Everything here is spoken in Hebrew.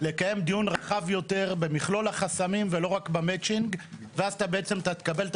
לקיים דיון רחב יותר במכלול החסמים ולא רק במצ'ינג ואז בעצם אתה תקבל את